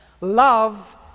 Love